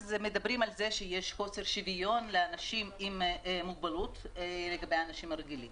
מדברים על זה שיש חוסר שוויון לאנשים עם מוגבלות מול אנשים רגילים.